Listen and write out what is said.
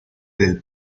del